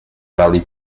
rally